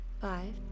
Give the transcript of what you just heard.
five